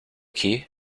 key